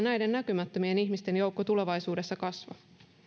näiden näkymättömien joukko tulevaisuudessa kasva